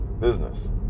business